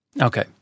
Okay